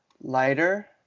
lighter